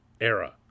era